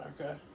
Okay